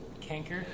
Canker